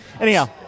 Anyhow